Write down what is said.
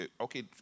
okay